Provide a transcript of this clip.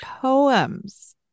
poems